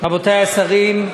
רבותי השרים,